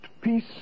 peace